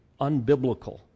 unbiblical